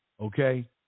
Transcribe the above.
okay